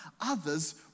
others